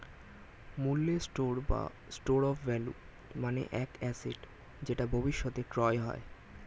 মূল্যের স্টোর বা store of value মানে এক অ্যাসেট যেটা ভবিষ্যতে ক্রয় হয়